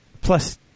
Plus